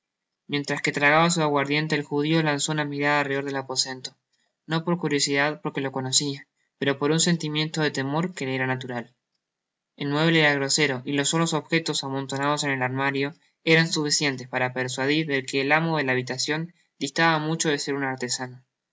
mientras que tragaba su aguardiente ej jadio laiuó ana mirada al rededor del aposento no por curiosidad por que lo conocia pero por un sentimiento de temor que le era natural el mueblaje era grosero y los solos objetos amontonados en el armario eran suficientes para persuadir de que el amo de la habitacion distaba mucho de ser un artesano dos